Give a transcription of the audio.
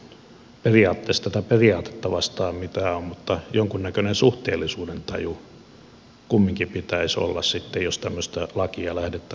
ei minulla periaatteessa tätä periaatetta vastaan mitään ole mutta jonkunnäköinen suhteellisuudentaju kumminkin pitäisi olla sitten jos tämmöistä lakia lähdetään säätämään